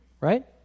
right